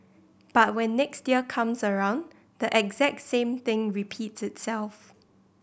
but when next year comes around the exact same thing repeats itself